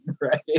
right